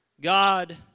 God